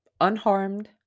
unharmed